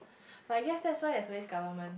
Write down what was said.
but yes yes right there's always government